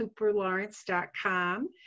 cooperlawrence.com